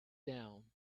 down